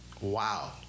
Wow